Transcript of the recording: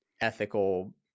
ethical